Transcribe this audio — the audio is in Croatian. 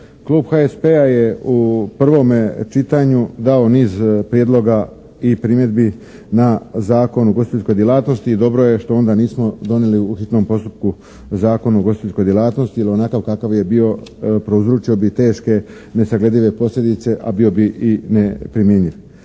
Klub HSP-a je u prvome čitanju dao niz prijedloga i primjedbi na Zakon o ugostiteljskoj djelatnosti i dobro je što onda nismo donijeli u hitnom postupku Zakon o ugostiteljskoj djelatnosti. Jer onakav kakav je bio prouzročio bi teške nesagledive posljedice a bio bi i neprimjenjiv.